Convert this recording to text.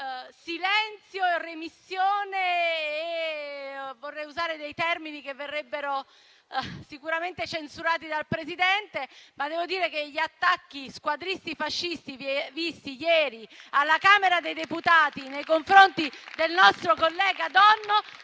silenzio e remissione. Vorrei usare dei termini che verrebbero sicuramente censurati dal Presidente, ma devo dire che gli attacchi squadristi e fascisti visti ieri alla Camera dei deputati nei confronti del nostro collega Donno